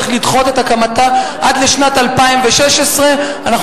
צריך לדחות את הקמתה עד לשנת 2016. אנחנו